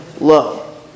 low